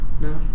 No